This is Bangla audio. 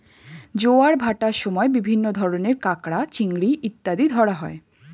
জোয়ার ভাটার সময় বিভিন্ন ধরনের কাঁকড়া, চিংড়ি ইত্যাদি ধরা হয়